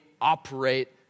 operate